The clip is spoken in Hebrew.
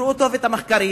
תקראו טוב את המחקרים.